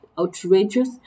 Outrageous